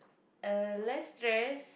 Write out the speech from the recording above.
uh less stress